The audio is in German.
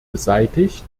beseitigt